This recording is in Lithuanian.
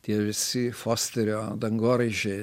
tie visi fosterio dangoraižiai